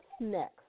next